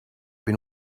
been